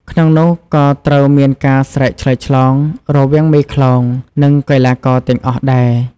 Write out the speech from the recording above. ក្នុងនោះក៏ត្រូវមានការ ស្រែកឆ្លើយឆ្លង រវាងមេខ្លោង និងកីឡាករទាំងអស់ដែរ។